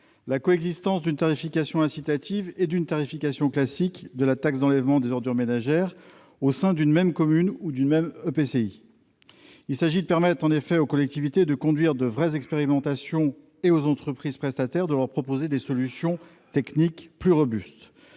la coexistence d'une tarification incitative et d'une tarification classique de la taxe d'enlèvement des ordures ménagère, au sein d'une même commune ou d'un même EPCI. Il s'agit de permettre aux collectivités de conduire de vraies expérimentations et aux entreprises prestataires de leur proposer des solutions techniques plus robustes.